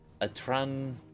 Atran